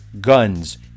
guns